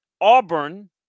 Auburn